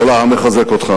כל העם מחזק אותך,